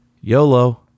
YOLO